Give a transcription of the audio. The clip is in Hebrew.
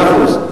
מאה אחוז.